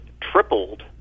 tripled